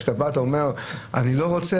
כשאתה בא אתה אומר: אני לא רוצה,